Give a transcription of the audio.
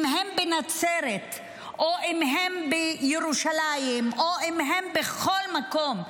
אם הם בנצרת או אם הם בירושלים או אם הם בכל מקום,